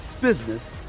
business